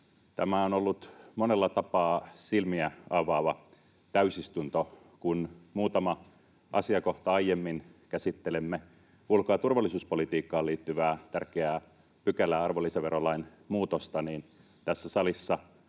Tämä on ollut monella tapaa silmiä avaava täysistunto. Kun muutama asiakohta aiemmin käsittelimme ulko- ja turvallisuuspolitiikkaan liittyvää tärkeää pykälää, arvonlisäverolain muutosta, niin tässä salissa